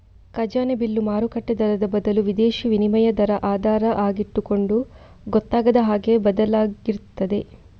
ಖಜಾನೆ ಬಿಲ್ಲು ಮಾರುಕಟ್ಟೆ ದರದ ಬದಲು ವಿದೇಶೀ ವಿನಿಮಯ ದರ ಆಧಾರ ಆಗಿಟ್ಟುಕೊಂಡು ಗೊತ್ತಾಗದ ಹಾಗೆ ಬದಲಾಗ್ತಿರ್ತದೆ